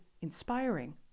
inspiring